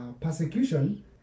persecution